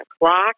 o'clock